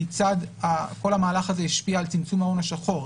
כיצד כל המהלך הזה השפיע על צמצום ההון השחור.